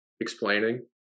explaining